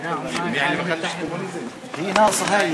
אדוני היושב-ראש,